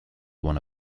one